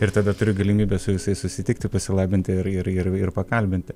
ir tada turi galimybę su visais susitikti pasilabinti ir ir ir pakalbinti